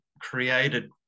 created